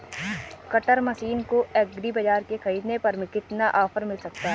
Cutter machine को agri बाजार से ख़रीदने पर कितना ऑफर मिल सकता है?